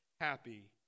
happy